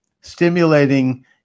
stimulating